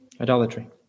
Idolatry